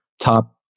Top